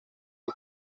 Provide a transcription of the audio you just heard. del